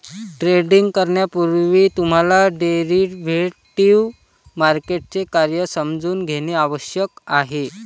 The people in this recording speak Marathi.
ट्रेडिंग करण्यापूर्वी तुम्हाला डेरिव्हेटिव्ह मार्केटचे कार्य समजून घेणे आवश्यक आहे